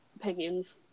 opinions